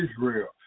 Israel